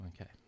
Okay